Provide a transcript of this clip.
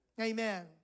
Amen